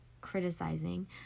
criticizing